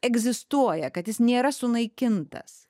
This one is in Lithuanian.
egzistuoja kad jis nėra sunaikintas